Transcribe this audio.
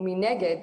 מנגד,